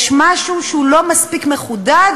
יש משהו שהוא לא מספיק מחודד,